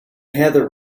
heather